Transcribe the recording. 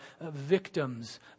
victims